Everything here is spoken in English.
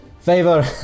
favor